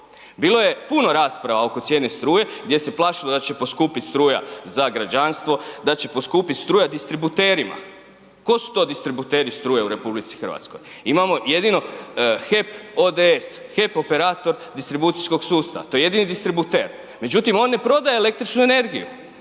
bilo je puno rasprava oko cijene struje gdje se plašilo da će poskupjet struja za građanstvo, da će poskupiti struja distributerima. Tko su to distributeri struje u RH? Imamo jedino HEP ODS, HEP Operator distribucijskog sustava, to je jedini distributer, međutim, on ne prodaje električnu energiju,